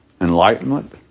enlightenment